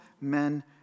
men